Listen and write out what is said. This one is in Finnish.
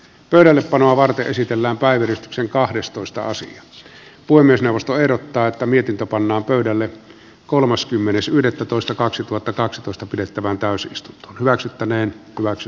pöydällepanoa varten esitellään päivystyksen kahdestoista asiaa pui myös neuvosto ehdottaa että mietintö pannaan pöydälle kolmaskymmenes yhdettätoista kaksituhattakaksitoista pidettävä täysi lista nytkin käynyt